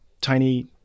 tiny